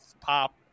pop